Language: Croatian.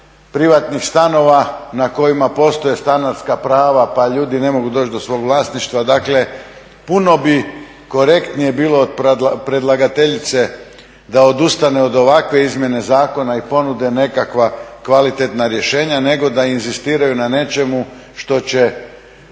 privatnih stanova na kojima postoje stanarska prava pa ljudi ne mogu doći do svog vlasništva. Dakle, puno bi korektnije bilo od predlagateljice da odustane od ovakve izmjene zakona i ponude nekakva kvalitetna rješenja nego da inzistiraju na nečemu što će